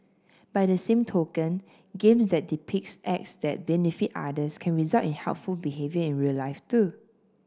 by the same token games that depicts acts that benefit others can result in helpful behaviour in real life too